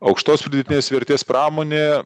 aukštos pridėtinės vertės pramonė